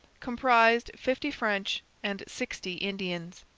comprised fifty french and sixty indians.